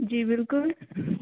جی بِلکُل